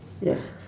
ya